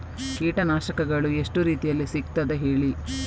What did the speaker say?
ಕೀಟನಾಶಕಗಳು ಎಷ್ಟು ರೀತಿಯಲ್ಲಿ ಸಿಗ್ತದ ಹೇಳಿ